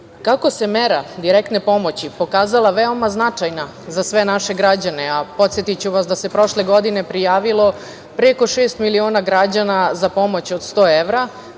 19.Kako se mera direktne pomoći pokazala veoma značajna za sve naše građane, a podsetiću vas da se prošle godine prijavilo preko 6 miliona građana za pomoć od 100 evra,